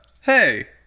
hey